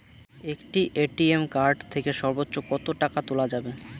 একটি ATM card থেকে সর্বোচ্চ কত টাকা তোলা যাবে?